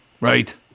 right